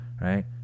right